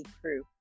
Crew